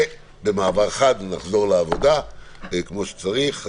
ובמעבר חד נחזור לעבודה כמו שצריך.